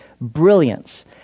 brilliance